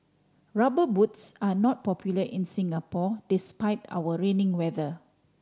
Rubber Boots are not popular in Singapore despite our rainy weather